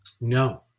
No